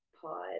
pod